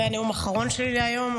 זה הנאום האחרון שלי להיום,